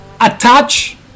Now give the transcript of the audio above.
attach